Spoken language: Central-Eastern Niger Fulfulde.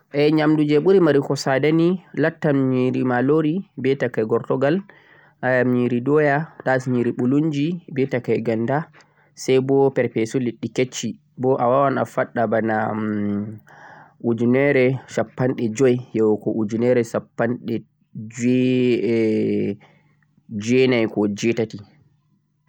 Nyamdu je ɓuri marugo sadani lattan nyiri malori be takai gertogal, nyiri doya koh sokorah be takai ganda, saibo perpesu leɗɗe kishci bo awawan a faɗɗa bana ujunere shappanɗe joi yahugo ujenere shappanɗe jweetati koh jweenai